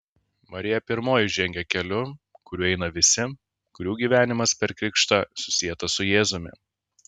marija pirmoji žengia keliu kuriuo eina visi kurių gyvenimas per krikštą susietas su jėzumi